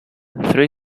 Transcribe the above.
three